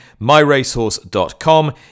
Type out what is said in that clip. MyRacehorse.com